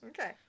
Okay